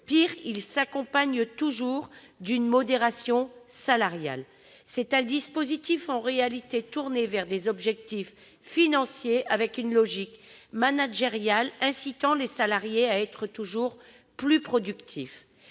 Pis, il s'accompagne toujours d'une modération salariale. C'est un dispositif en réalité tourné vers des objectifs financiers, avec une logique managériale incitant les salariés à être toujours plus productifs.